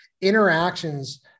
interactions